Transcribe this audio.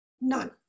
none